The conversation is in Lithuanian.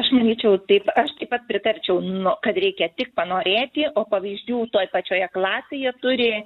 aš manyčiau taip aš taip pat pritarčiau nu kad reikia tik panorėti o pavyzdžių toj pačioje klasėje turi